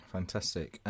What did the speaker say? Fantastic